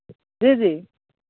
जी जी